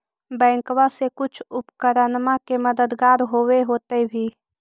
बैंकबा से कुछ उपकरणमा के मददगार होब होतै भी?